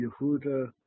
Yehuda